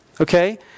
okay